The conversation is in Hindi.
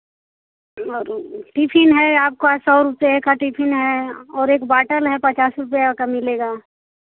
और टिफिन है आपका सौ रुपया का टिफिन है और एक बाटल है पचास रुपया का मिलेगा